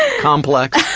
ah complex.